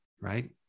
right